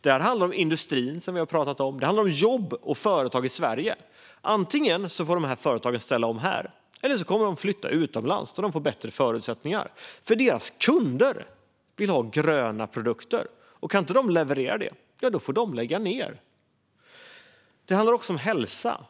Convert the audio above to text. Det handlar om industrin, som vi har pratat om. Det handlar om jobb och företag i Sverige. Antingen får företagen ställa om här, eller så kommer de att flytta utomlands där de får bättre förutsättningar. Deras kunder vill nämligen ha gröna produkter, och kan de inte leverera det får de lägga ned. Det handlar också om hälsa.